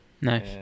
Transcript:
Nice